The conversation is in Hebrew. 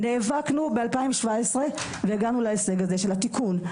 נאבקנו ב-2017 והגענו להישג הזה, של התיקון.